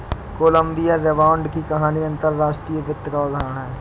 Colombia rebound की कहानी अंतर्राष्ट्रीय वित्त का उदाहरण है